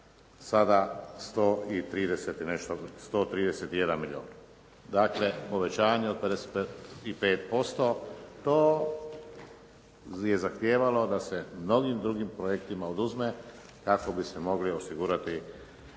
sada 131 milijun. Dakle, povećanje od 55%, to je zahtijevalo da se mnogim drugim projektima oduzme kako bi se mogli osigurati projekti